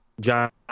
John